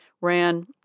ran